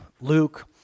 Luke